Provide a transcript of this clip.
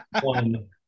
One